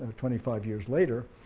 twenty five years later.